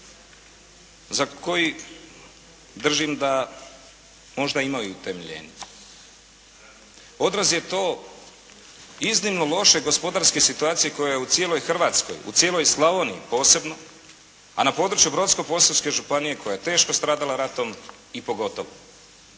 za koji držim da možda ima i utemeljenje. Odraz je to iznimno loše gospodarske situacije koja je u cijeloj Hrvatskoj, u cijeloj Slavoniji posebno, a na području Brodsko-posavske županije koja je teško stradala ratom i pogotovo.